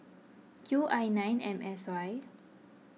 Q I nine M S Y